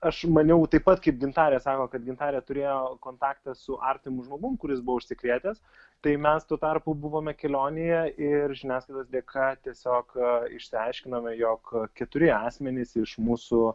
aš maniau taip pat kaip gintarė sako kad gintarė turėjo kontaktą su artimu žmogum kuris buvo užsikrėtęs tai mes tuo tarpu buvome kelionėje ir žiniasklaidos dėka tiesiog išsiaiškinome jog keturi asmenys iš mūsų